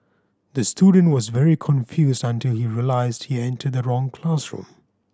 the student was very confused until he realised he entered the wrong classroom